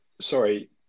sorry